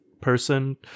person